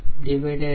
00025596